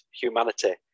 humanity